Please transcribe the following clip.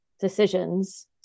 decisions